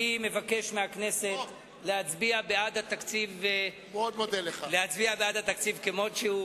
אני מבקש מהכנסת להצביע בעד התקציב כמו שהוא,